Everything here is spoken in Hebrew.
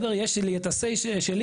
יש לי את ה-Say שלי,